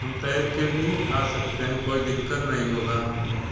हम तैर कर भी आ सकतें हैं कोई दिक्कत नहीं होगा हमको